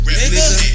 nigga